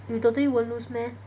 you totally won't lose meh